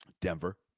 Denver